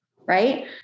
right